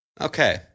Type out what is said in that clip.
Okay